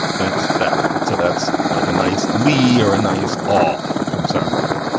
that's that one. so that's like a nice li or a nice all from sara market.